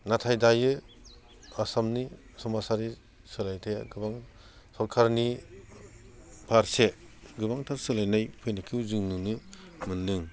नाथाय दायो आसामनि समाजारि सोलायथाया गोबां सोरखारनि फारसे गोबांथार सोलायनाय फैनायखौ जों नुनो मोनदों